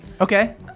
Okay